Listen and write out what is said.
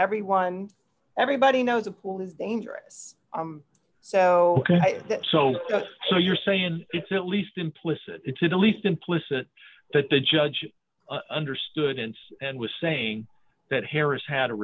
everyone everybody knows the pool is dangerous so so just so you're saying it's at least implicit in the least implicit that the judge understood int's and was saying that harris had a